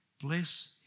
bless